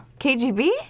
KGB